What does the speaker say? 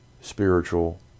spiritual